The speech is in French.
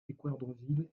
équeurdreville